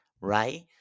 right